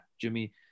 jimmy